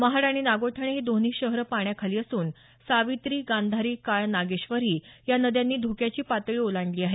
महाड आणि नागोठणे ही दोन्ही शहरं पाण्याखाली असून सावित्री गांधारी काळ नागेश्वरी या नद्यांनी धोक्याची पातळी ओलांडली आहे